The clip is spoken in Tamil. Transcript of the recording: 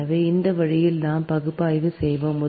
எனவே இந்த வழியில் நாம் பகுப்பாய்வு செய்வோம்